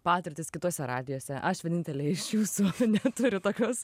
patirtis kitose radijose aš vienintelė iš jūsų neturiu tokios